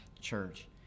church